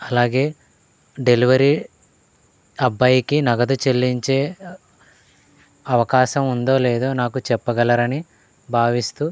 అలాగే డెలివరీ అబ్బాయికి నగదు చెల్లించే అవకాశం ఉందో లేదో నాకు చెప్పగలరని భావిస్తూ